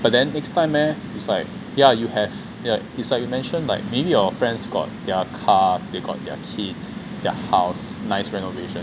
but then next time meh it's like yeah you have yeah it's like you mention like maybe your friends got their car they got their kids their house nice renovation